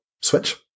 switch